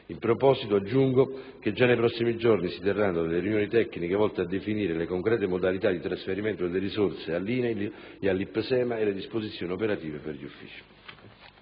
In proposito, aggiungo che già nei prossimi giorni si terranno delle riunioni tecniche volte a definire le concrete modalità di trasferimento delle risorse all'INAIL ed all'IPSEMA e le disposizioni operative per gli uffici.